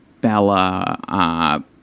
Bella